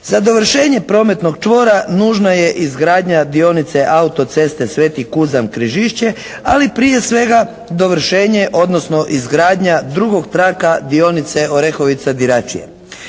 Za dovršenje prometnog čvora nužna je izgradnja dionice autoceste Sv. Kuzam–Križišće, ali prije svega dovršenje, odnosno izgradnja drugog traka dionice Orehovica-Diračije.